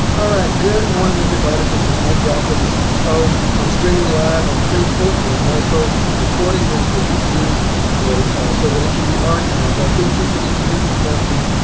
alright, good morning everybody this is mike dalcoe, the ceo i'm streaming live on facebook but i'm also recording this for youtube so that it can be archived. i think people need to hear this message.